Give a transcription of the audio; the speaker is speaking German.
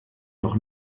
doch